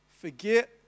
forget